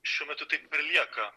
šiuo metu taip ir lieka